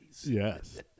Yes